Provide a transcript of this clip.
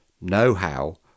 know-how